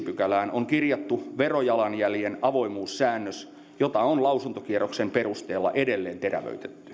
pykälään on kirjattu verojalanjäljen avoimuussäännös jota on lausuntokierroksen perusteella edelleen terävöitetty